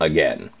Again